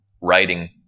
writing